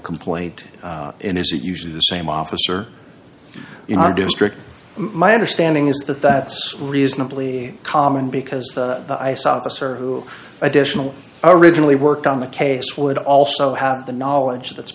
complaint in is it usually the same officer in our district my understanding is that that's reasonably common because the ice officer who additional originally work on the case would also have the knowledge that's